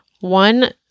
One